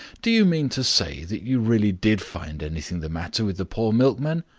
do you mean to say that you really did find anything the matter with the poor milkman?